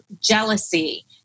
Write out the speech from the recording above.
jealousy